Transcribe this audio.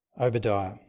Obadiah